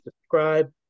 subscribe